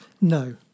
No